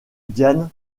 diane